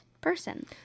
person